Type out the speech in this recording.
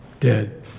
dead